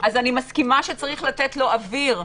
אני מסכימה שיש לתת לו אוויר,